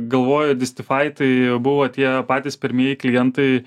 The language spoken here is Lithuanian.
galvoju distifai tai buvo tie patys pirmieji klientai